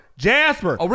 Jasper